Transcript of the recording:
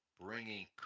bringing